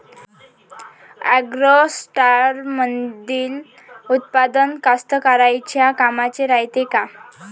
ॲग्रोस्टारमंदील उत्पादन कास्तकाराइच्या कामाचे रायते का?